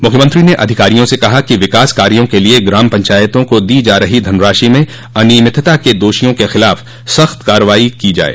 मुख्यमंत्री ने अधिकारियों से कहा कि विकास कार्यो के लिए ग्राम पंचायतों को दी जा रही धनराशि में अनियमितता के दोषियों के खिलाफ सख्त कार्रवाई की जाये